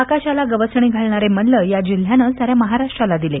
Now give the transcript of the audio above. आकाशाला गवसणी घालणारे मल्ल या जिल्ह्याने साऱ्या महाराष्ट्राला दिले